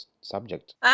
subject